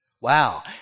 Wow